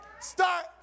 Start